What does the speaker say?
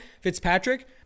Fitzpatrick